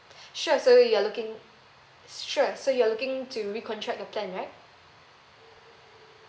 sure so you're looking sure so you're looking to recontract the plan right